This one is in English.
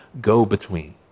go-between